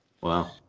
Wow